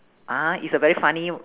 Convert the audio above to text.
ah is a very funny